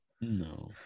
No